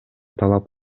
талап